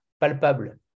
palpable